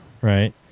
Right